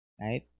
Right